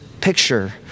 picture